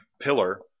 pillar